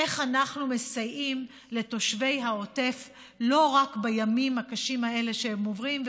איך אנחנו מסייעים לתושבי העוטף לא רק בימים הקשים האלה שהם עוברים,